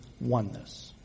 oneness